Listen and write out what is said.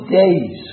days